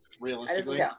Realistically